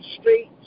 streets